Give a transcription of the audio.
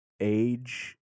age